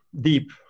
deep